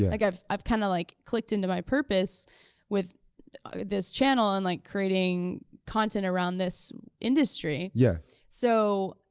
like, i've i've kind of like clicked into my purpose with this channel and like creating content around this industry. yeah so,